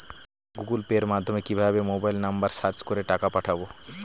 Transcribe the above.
Google Pay মাধ্যমে কিভাবে mobile number search করে টাকা পাঠাবো?